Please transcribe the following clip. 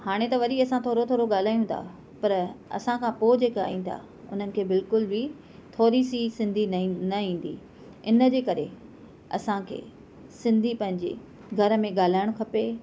हाणे त वरी असां थोरो थोरो ॻाल्हायूं था पर असांखां पोइ जेका ईंदा उन्हनि खे बिल्कुल बि थोरी सी सिंधी न ई न ईंदी इनजे करे असांखे सिंधी पंहिंजी घर में ॻाल्हाइणु खपे